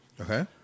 Okay